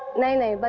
naina?